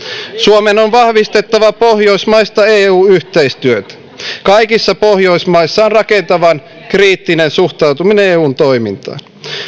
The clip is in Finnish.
suomen on vahvistettava pohjoismaista eu yhteistyötä kaikissa pohjoismaissa on rakentavan kriittinen suhtautuminen eun toimintaan